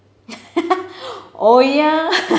oh ya